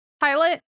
Pilot